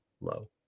low